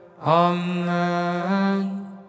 Amen